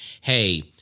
hey